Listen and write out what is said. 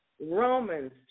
Romans